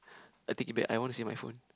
I take it back I wanna say my phone